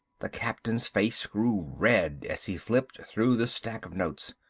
the captain's face grew red as he flipped through the stack of notes.